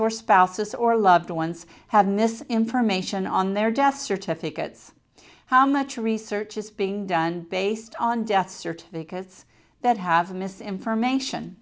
or spouses or loved ones have mis information on their death certificates how much research is being done based on death certificates that have misinformation